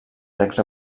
regs